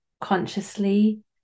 consciously